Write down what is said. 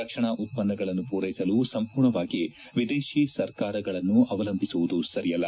ರಕ್ಷಣಾ ಉತ್ಪನ್ನಗಳನ್ನು ಪೂರೈಸಲು ಸಂಪೂರ್ಣವಾಗಿ ವಿದೇಶಿ ಸರ್ಕಾರಗಳನ್ನು ಅವಲಂಭಿಸುವುದು ಸರಿಯಲ್ಲ